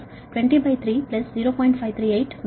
538 మెగావాట్లు